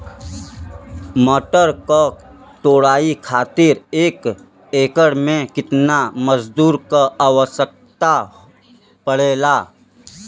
मटर क तोड़ाई खातीर एक एकड़ में कितना मजदूर क आवश्यकता पड़ेला?